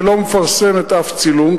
שלא מפרסמת אף צילום,